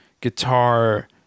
guitar